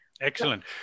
excellent